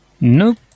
Nope